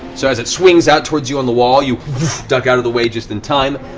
so, as it swings out towards you on the wall, you duck out of the way just in time.